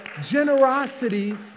Generosity